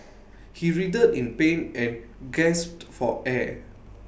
he writhed in pain and gasped for air